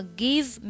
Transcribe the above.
give